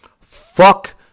Fuck